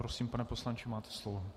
Prosím, pane poslanče, máte slovo.